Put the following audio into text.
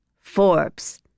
Forbes